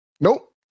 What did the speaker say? Nope